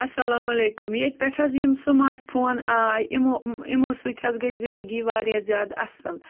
اَسَلامُ علیکُم ییٚتہِ پٮ۪ٹھ حظ یِم سُماٹ فون آے یِمو یِمو سۭتۍ حظ گٔے زِندگی واریاہ زیادٕ اَصٕل